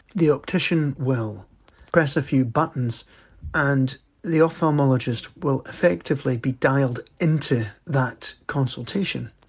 the optician will press a few buttons and the ophthalmologist will effectively be dialled into that consultation,